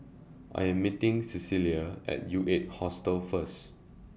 I Am meeting Celia At U eight Hostel First